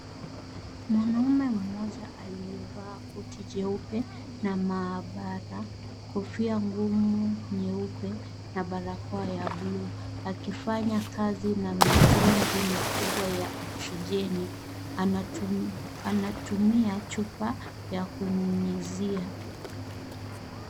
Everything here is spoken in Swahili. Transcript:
Mwanaume mmoja aliyevaa koti jeupe la maabara, kofia ngumu nyeupe na barakoa ya bluu akifanya kazi na mitungi mikubwa ya oksijeni . Anatumia chupa ya kunyunyizia.